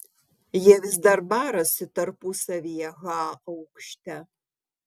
jie vis dar barasi tarpusavyje h aukšte